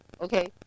Okay